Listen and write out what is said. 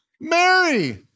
Mary